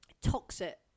toxic